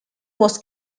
was